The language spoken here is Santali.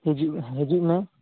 ᱦᱤᱡᱩᱜ ᱦᱤᱡᱩᱜ ᱢᱮ